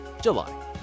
July